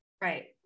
Right